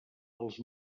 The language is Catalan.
els